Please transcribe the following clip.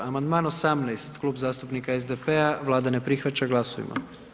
Amandman 18, Klub zastupnika SDP-a, Vlada ne prihvaća, glasujmo.